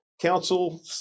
Council